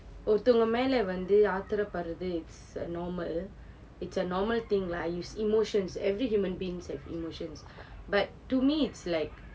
ஒருதங்க மேல வந்து ஆத்திர படுறது:oruthanga mela vanthu aathira padurathu it's normal it's a normal thing lah it's emotions every human beings have emotions but to me it's like